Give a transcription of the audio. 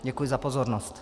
Děkuji za pozornost.